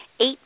eight